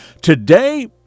Today